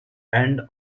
end